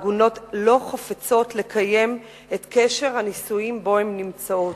העגונות לא חפצות לקיים את קשר הנישואים שבו הן נמצאות.